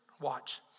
Watch